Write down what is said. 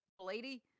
lady